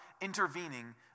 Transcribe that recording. intervening